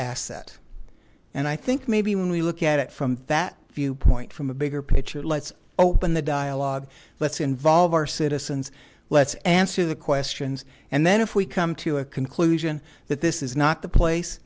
asset and i think maybe when we look at it from that viewpoint from a bigger picture let's open the dialogue let's involve our citizens let's answer the questions and then if we come to a conclusion that this is not the place